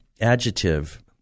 adjective